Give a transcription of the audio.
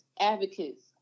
advocates